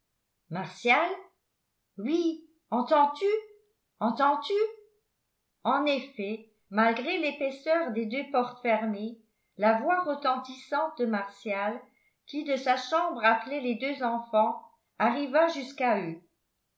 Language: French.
martial oui entends-tu entends-tu en effet malgré l'épaisseur des deux portes fermées la voix retentissante de martial qui de sa chambre appelait les deux enfants arriva jusqu'à eux